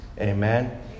Amen